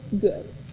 good